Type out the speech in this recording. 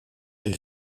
est